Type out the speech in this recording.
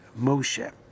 Moshe